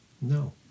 No